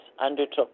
undertook